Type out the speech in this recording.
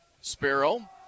Sparrow